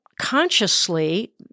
Consciously